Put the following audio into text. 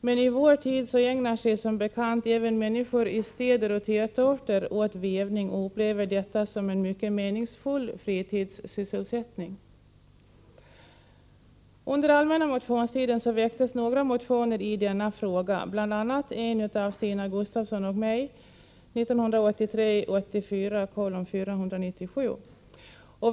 Men i vår tid ägnar sig som bekant även människor i städer och tätorter åt vävning och upplever detta som en mycket meningsfull fritidssysselsättning. Under allmänna motionstiden väcktes några motioner i denna fråga, bl.a. en motion av Stina Gustavsson och mig, 1983/84:497.